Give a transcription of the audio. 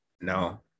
no